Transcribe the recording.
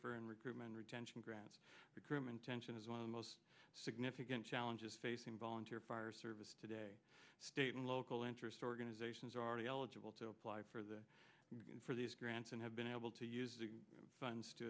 safer and recruitment retention grants the grim intention is one of the most significant challenges facing volunteer fire service today state and local interest organizations are already eligible to apply for the need for these grants and have been able to use the funds to